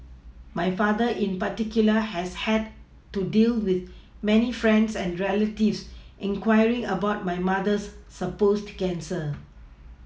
my father in particular has had to deal with many friends and relatives inquiring about my mother's supposed cancer